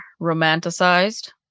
romanticized